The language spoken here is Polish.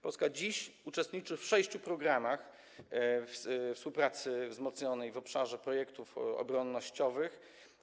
Polska dziś uczestniczy w sześciu programach współpracy wzmocnionej w obszarze projektów obronnościowych.